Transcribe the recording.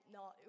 no